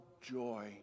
joy